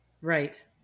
Right